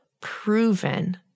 proven